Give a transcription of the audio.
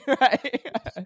right